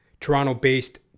Toronto-based